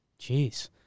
Jeez